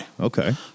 Okay